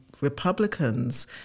Republicans